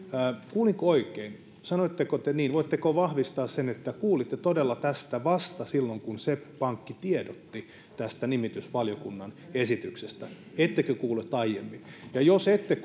kuulinko oikein sanoitteko te niin ja voitteko vahvistaa sen että kuulitte todella tästä vasta silloin kun seb pankki tiedotti tästä nimitysvaliokunnan esityksestä ettekö kuullut aiemmin ja jos ette